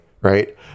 Right